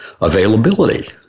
Availability